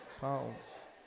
Pounds